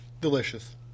Delicious